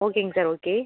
ஓகேங்க sir okay